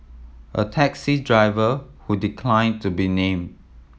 a taxi driver who decline to be name